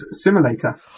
Simulator